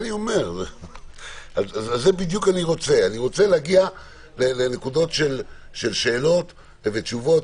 אני רוצה להגיע לנקודות של שאלות ותשובות.